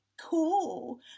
cool